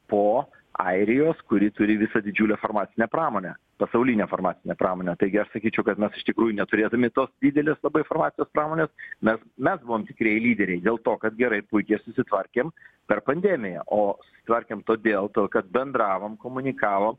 po airijos kuri turi visą didžiulę farmacinę pramonę pasaulinę farmacinę pramonę taigi aš sakyčiau kad mes iš tikrųjų neturėdami tos didelės labai farmacinės pramonės mes mes buvom tikrieji lyderiai dėl to kad gerai ir puikiai susitvarkėm per pandemiją o tvarkėm todėl kad bendravom komunikavom